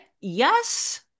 yes